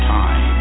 time